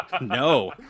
No